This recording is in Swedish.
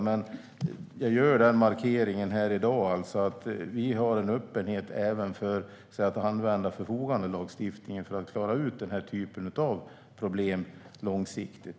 Men här i dag gör jag den markeringen att vi har en öppenhet även för att använda förfogandelagstiftningen för att klara ut den här typen av problem långsiktigt.